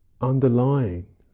Underlying